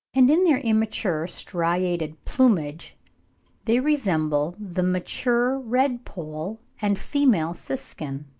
and in their immature striated plumage they resemble the mature red-pole and female siskin,